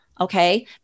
Okay